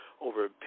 Over